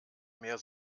mehr